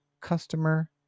customer